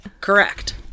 Correct